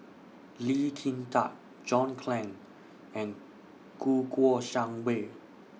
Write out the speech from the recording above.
Lee Kin Tat John Clang and Kouo Shang Wei